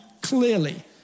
clearly